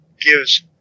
gives